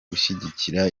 gushyigikira